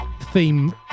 theme